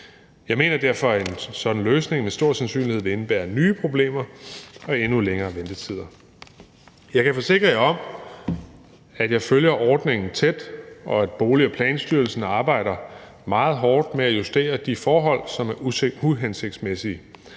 Jeg mener derfor, at en sådan løsning med stor sandsynlighed vil indebære nye problemer og endnu længere ventetider. Jeg kan forsikre jer om, at jeg følger ordningen tæt, og at Bolig- og Planstyrelsen arbejder meget hårdt med at justere de forhold, som er uhensigtsmæssige.